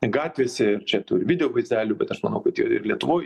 gatvėse čia tų ir video vaizdelių bet aš manau kad ir lietuvoj